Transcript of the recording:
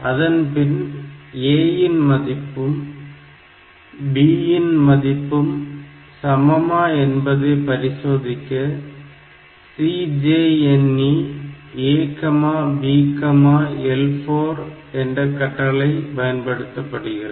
அதன்பின் A இன் மதிப்பும் B இன் மதிப்பும் சமமா என்பதை பரிசோதிக்க CJNE A B L4 என்ற கட்டளை பயன்படுத்தப்படுகிறது